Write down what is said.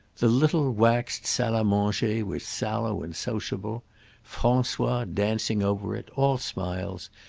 the little waxed salle-a-manger was sallow and sociable francois, dancing over it, all smiles,